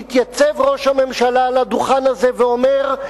מתייצב ראש הממשלה על הדוכן הזה ואומר: